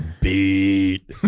beat